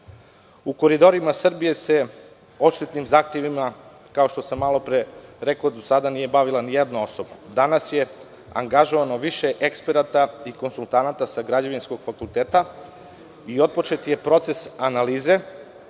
U „Koridorima Srbije“ se odštetnim zahtevima, kao što sam malopre rekao, do sada nije bavila ni jedna osoba. Danas je angažovano više eksperata i konsultanata sa Građevinskog fakulteta i otpočet je proces analize